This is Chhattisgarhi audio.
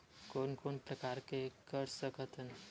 कोन कोन प्रकार के कर सकथ हन?